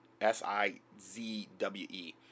S-I-Z-W-E